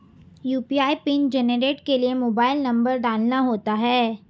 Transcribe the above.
UPI PIN generate के लिए mobile number डालना होता है